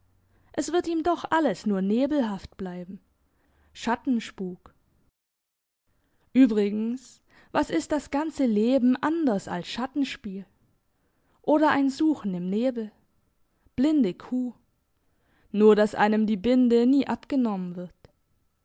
es wird ihm doch alles nur nebelhaft bleiben schattenspuk übrigens was ist das ganze leben anders als schattenspiel oder ein suchen im nebel blindekuh nur dass einem die binde nie abgenommen wird